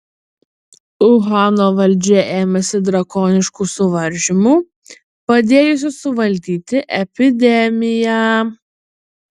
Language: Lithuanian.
uhano valdžia ėmėsi drakoniškų suvaržymų padėjusių suvaldyti epidemiją